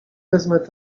wezmę